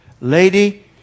lady